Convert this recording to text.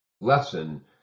lesson